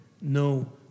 no